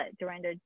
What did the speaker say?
Dorinda